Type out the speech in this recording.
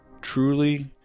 truly